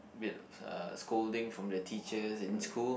with uh scolding from the teachers in school